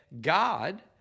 God